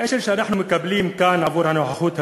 האש"ל שאנחנו מקבלים כאן, עבור הנוכחות היומית,